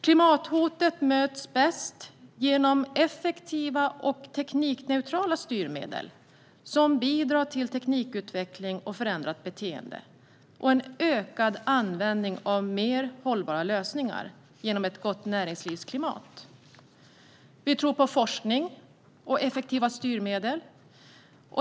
Klimathotet möts bäst genom effektiva och teknikneutrala styrmedel som bidrar till teknikutveckling och förändrat beteende samt ökad användning av mer hållbara lösningar genom ett gott näringslivsklimat. Vi tror på forskning och effektiva styrmedel.